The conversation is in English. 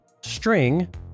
String